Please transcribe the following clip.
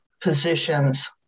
positions